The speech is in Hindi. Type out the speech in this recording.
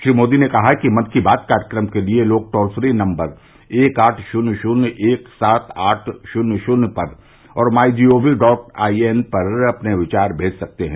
श्री मोदी ने कहा कि मन की बात कार्यक्रम के लिए लोग टोल फ्री नम्बर एक आठ शुन्य शुन्य एक एक सात आठ शुन्य शुन्य पर और my G O V dot I N पर अपने विचार मेज सकते हैं